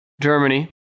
...Germany